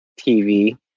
TV